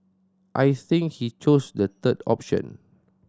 I think he chose the third option